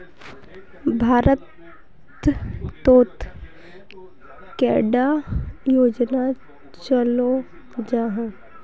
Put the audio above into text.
भारत तोत कैडा योजना चलो जाहा?